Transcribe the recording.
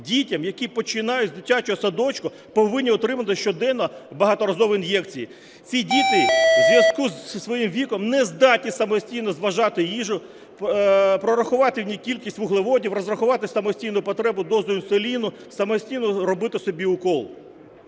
дітям, які, починаючи з дитячого садочку, повинні отримувати щоденно багаторазові ін'єкції? Ці діти у зв'язку з своїм віком не здатні самостійно зважувати їжу, прорахувати в ній кількість вуглеводів, розрахувати самостійну потребу дозу інсуліну, самостійно робити собі укол.